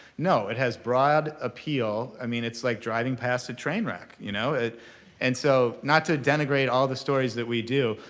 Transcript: no, it has broad appeal. i mean it's like driving past a train wreck. you know and so not to denigrate all the stories that we do,